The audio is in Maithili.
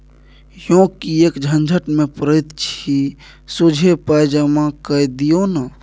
यौ किएक झंझट मे पड़ैत छी सोझे पाय जमा कए दियौ न